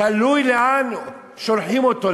תלוי לאן שולחים אותו,